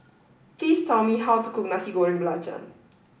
please tell me how to cook Nasi Goreng Belacan